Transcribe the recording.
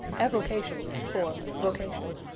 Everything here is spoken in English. avocation for vocation.